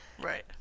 Right